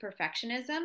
perfectionism